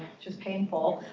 just painful.